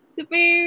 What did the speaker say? Super